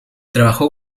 trabajó